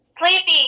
Sleepy